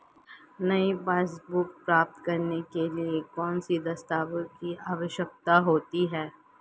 नई पासबुक प्राप्त करने के लिए किन दस्तावेज़ों की आवश्यकता होती है?